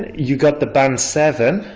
you got the band seven